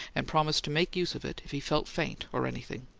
and promised to make use of it if he felt faint or anything.